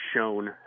shown